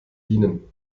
dienen